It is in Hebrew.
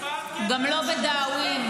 גם לא בדאווין.